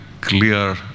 clear